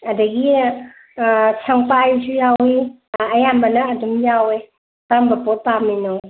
ꯑꯗꯒꯤ ꯁꯪꯄꯥꯏꯁꯨ ꯌꯥꯎꯏ ꯑꯌꯥꯝꯕꯅ ꯑꯗꯨꯝ ꯌꯥꯎꯋꯦ ꯀꯔꯝꯕ ꯄꯣꯠ ꯄꯥꯝꯃꯤꯅꯣ